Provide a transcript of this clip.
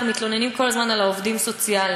אנחנו מתלוננים כל הזמן על העובדים הסוציאליים,